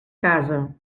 casa